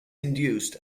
induced